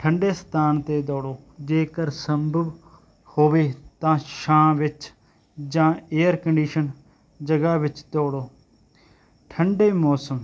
ਠੰਢੇ ਸਥਾਨ 'ਤੇ ਦੌੜੋ ਜੇਕਰ ਸੰਭਵ ਹੋਵੇ ਤਾਂ ਛਾਂ ਵਿੱਚ ਜਾਂ ਏਅਰ ਕੰਡੀਸ਼ਨ ਜਗ੍ਹਾ ਵਿੱਚ ਦੌੜੋ ਠੰਢੇ ਮੌਸਮ